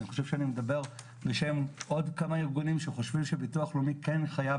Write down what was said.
אני חושב שאני מדבר בשם עוד כמה ארגונים שחושבים שביטוח לאומי כן חייב